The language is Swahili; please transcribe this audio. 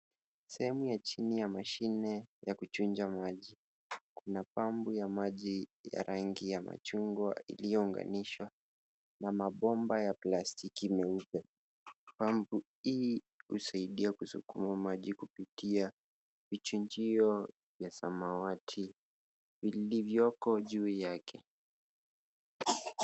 Sehemu ya chini ya mashine ya kuchunja maji. Kuna pampu ya maji ya rangi ya machungwa iliyounganishwa na mabomba ya plastiki meupe. Pampu hii husaidia kusukuma maji kupitia vichijio vya samawati vilivyoko juu yake.